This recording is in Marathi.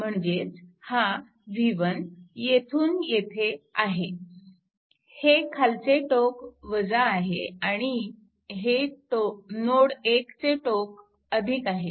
म्हणजेच हा v1 येथून येथे आहे हे खालचे टोक आहे आणि हे नोड 1 चे टोक आहे